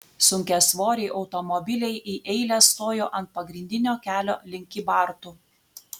sunkiasvoriai automobiliai į eilę stojo ant pagrindinio kelio link kybartų